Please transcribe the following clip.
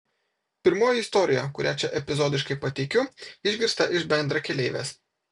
pirmoji istorija kurią čia epizodiškai pateikiu išgirsta iš bendrakeleivės